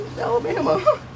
Alabama